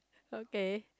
okay